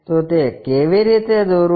તો તે કેવી રીતે દોરવું